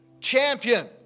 champion